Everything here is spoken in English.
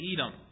Edom